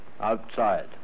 Outside